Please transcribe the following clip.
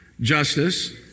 Justice